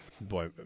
boy